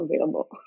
available